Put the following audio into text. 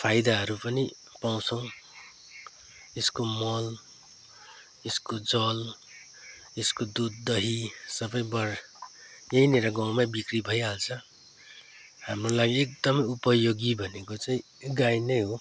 फाइदाहरू पनि पाउँछौँ यसको मल यसको जल यसको दुध दही सबैबाट यहीँनेर गाउँमै बिक्री भइहाल्छ हाम्रो लागि एकदमै उपयोगी भनेको चाहिँ गाई नै हो